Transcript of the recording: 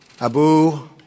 Abu